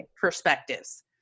perspectives